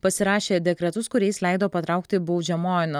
pasirašė dekretus kuriais leido patraukti baudžiamojon